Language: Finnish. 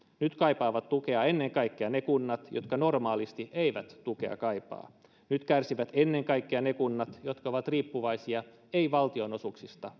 nyt kaipaavat tukea ennen kaikkea ne kunnat jotka normaalisti eivät tukea kaipaa nyt kärsivät ennen kaikkea ne kunnat jotka ovat riippuvaisia ei valtionosuuksista